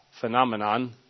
phenomenon